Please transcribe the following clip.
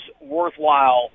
worthwhile